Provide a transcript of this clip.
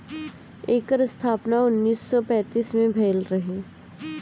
एकर स्थापना उन्नीस सौ पैंतीस में भइल रहे